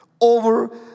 over